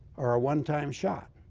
are a one-time shot.